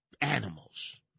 animals